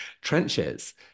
trenches